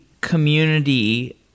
community